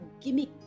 gimmick